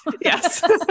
Yes